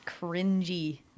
cringy